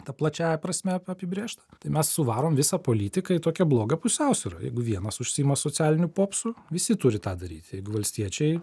tą plačiąja prasme ap apibrėžt tai mes suvarom visą politikai į tokią blogą pusiausvyrą jeigu vienas užsiima socialiniu popsu visi turi tą daryti jeigu valstiečiai